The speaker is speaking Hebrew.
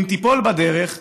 ואם תיפול בדרך,